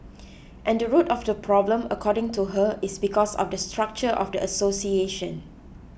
and the root of the problem according to her is because of the structure of the association